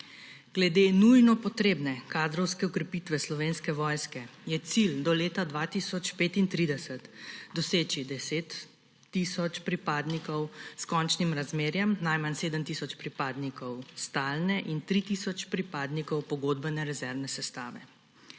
Glede nujno potrebne kadrovske okrepitve Slovenske vojske je cilj do leta 2035 doseči 10 tisoč pripadnikov s končnim razmerjem najmanj 7 tisoč pripadnikov stalne in 3 tisoč pripadnikov pogodbene rezervne sestave.